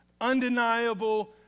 undeniable